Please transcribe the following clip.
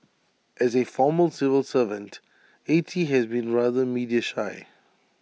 as A former civil servant A T has been rather media shy